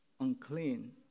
unclean